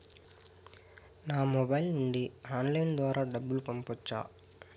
నా మొబైల్ నుండి ఆన్లైన్ ద్వారా డబ్బును పంపొచ్చా